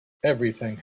everything